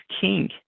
king